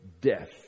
death